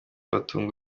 batunga